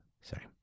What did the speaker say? sorry